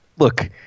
look